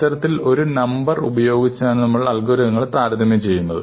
ഇത്തരത്തിൽ ഒരു ഒരു നമ്പർ ഉപയോഗിച്ചാണ് നമ്മൾ അൽഗോരിതങ്ങളെ താരതമ്യം ചെയ്യുന്നത്